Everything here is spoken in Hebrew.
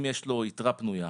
אם יש לו יתרה פנויה,